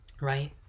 right